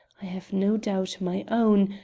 i have no doubt, my own,